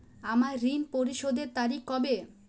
আমার ঋণ পরিশোধের তারিখ কবে?